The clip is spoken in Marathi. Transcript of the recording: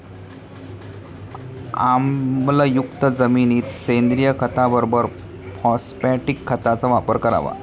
आम्लयुक्त जमिनीत सेंद्रिय खताबरोबर फॉस्फॅटिक खताचा वापर करावा